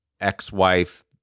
ex-wife